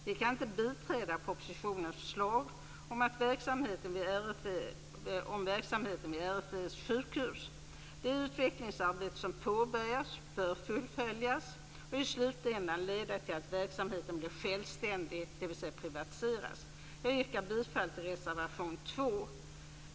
Vi kan inte biträda propositionens förslag om verksamheten vid RFV:s sjukhus. Det utvecklingsarbete som påbörjats bör fullföljas och i slutändan leda till att verksamheten blir självständig, dvs. privatiseras. Jag yrkar bifall till reservation 2.